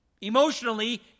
emotionally